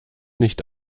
nicht